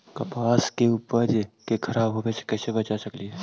कपास के उपज के खराब होने से कैसे बचा सकेली?